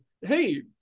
hey